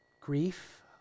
grief